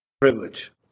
Privilege